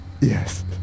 Yes